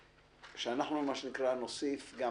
אנחנו נוסיף גם